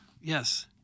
Yes